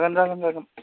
जागोन जागोन जागोन